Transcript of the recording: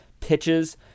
pitches